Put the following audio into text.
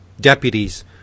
Deputies